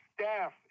staff